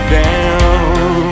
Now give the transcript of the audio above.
down